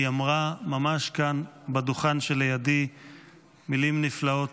היא אמרה ממש כאן בדוכן שלידי מילים נפלאות,